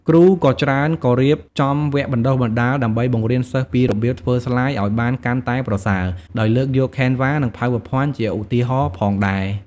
គ្រូក៏ច្រើនក៏រៀបចំវគ្គបណ្តុះបណ្ដាល ដើម្បីបង្រៀនសិស្សពីរបៀបធ្វើស្លាយឱ្យបានកាន់តែប្រសើរ ដោយលើកយក Canva និងPowerPoint ជាឧទាហរណ៍ផងដែរ